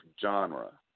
genre